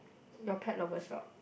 your pet lovers rock